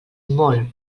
molt